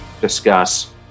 discuss